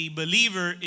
believer